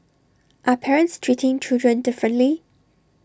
are parents treating children differently